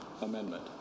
amendment